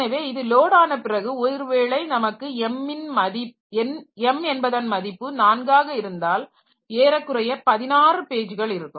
எனவே இது லோட் ஆன பிறகு ஒருவேளை நமக்கு m என்பதின் மதிப்பு நான்காக இருந்தால் ஏறக்குறைய 16 பேஜ்கள் இருக்கும்